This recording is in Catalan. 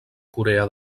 corea